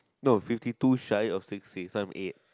no fifty two shy of sixty so I'm eight